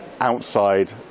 outside